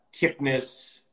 Kipnis